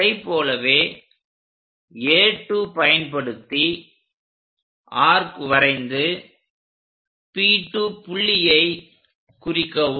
அதைப் போலவே A2 பயன்படுத்தி ஆர்க் வரைந்து P2 புள்ளியை குறிக்கவும்